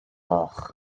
goch